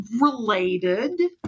related